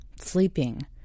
Sleeping